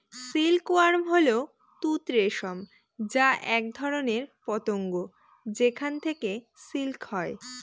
silk worm হল তুঁত রেশম যা এক ধরনের পতঙ্গ যেখান থেকে সিল্ক হয়